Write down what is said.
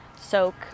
soak